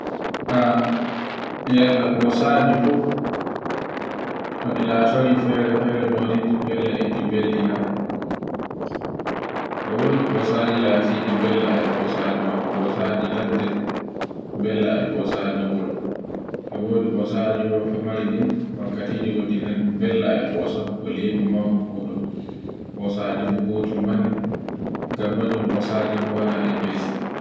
A yalla ɓosaju fu noɗi latori fere-fere noyreji belle e ɗe bellina. E wodi ɓosaji latiɗi bella e ɓosajo wona, ɓosaji ladde, bella e ɓosaji wuro. E wodi ɓosaji wuro famari ɗin wakkatiji goɗɗi na bella e ɓosaho ko libi maako foɗum, ɓosaji fu gotum banye. gam majum ɓosaji fu wone e belli